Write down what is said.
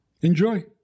Enjoy